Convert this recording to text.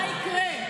מה יקרה?